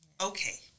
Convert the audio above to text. okay